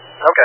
Okay